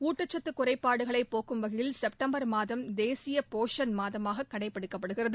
ஊட்டச்சத்து குறைப்பாடுகளை போக்கும் வகையில் செப்படம்பர் மாதம் தேசிய போஷன் மாதமாக கடைபிடிக்கப்படுகிறது